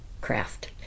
craft